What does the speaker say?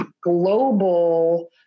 global